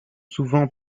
souvent